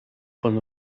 von